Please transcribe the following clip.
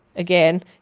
Again